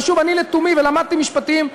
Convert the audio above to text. ושוב, אני לתומי, ולמדתי משפטים,